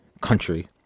Country